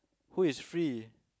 who is free